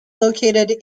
located